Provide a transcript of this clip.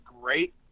great